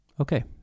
Okay